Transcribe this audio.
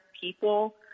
people